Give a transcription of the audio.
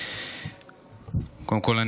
קודם כול,